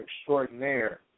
extraordinaire